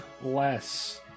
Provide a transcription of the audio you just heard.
less